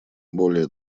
более